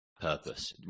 purpose